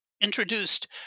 introduced